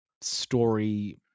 story